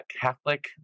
Catholic